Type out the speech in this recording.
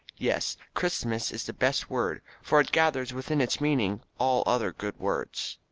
yes, christmas is the best word for it gathers within its meaning all other good words.